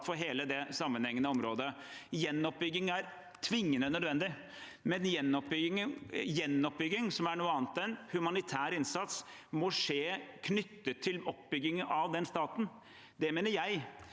for hele det sammenhengende området. Gjenoppbygging er tvingende nødvendig, men gjenoppbygging, som er noe annet enn humanitær innsats, må skje knyttet til oppbyggingen av den staten. Det mener jeg,